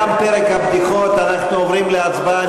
תם פרק הבדיחות, אנחנו עוברים להצבעה.